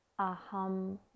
aham